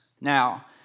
Now